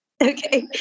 Okay